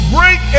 Break